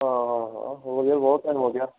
ਹਾਂ ਹਾਂ ਹੋ ਗਿਆ ਬਹੁਤ ਟੈਮ ਹੋ ਗਿਆ